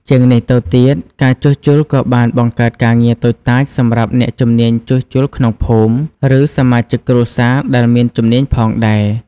ជាងនេះទៅទៀត ការជួសជុលក៏បានបង្កើតការងារតូចតាចសម្រាប់អ្នកជំនាញជួសជុលក្នុងភូមិ ឬសមាជិកគ្រួសារដែលមានជំនាញផងដែរ។